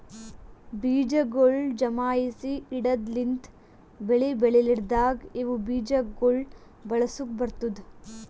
ಬೀಜಗೊಳ್ ಜಮಾಯಿಸಿ ಇಡದ್ ಲಿಂತ್ ಬೆಳಿ ಬೆಳಿಲಾರ್ದಾಗ ಇವು ಬೀಜ ಗೊಳ್ ಬಳಸುಕ್ ಬರ್ತ್ತುದ